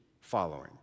following